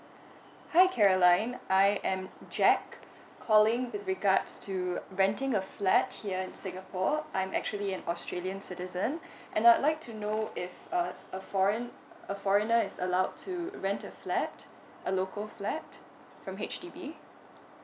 hi Caroline I am Jack calling with regards to renting a flat here in singapore I'm actually an australian citizen and I'd like to know if uh a forei~ a foreigner is allowed to rent a flat a local flat from H_D_B